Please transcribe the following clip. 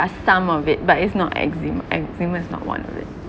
some of it but it's not eczema eczema is not one of it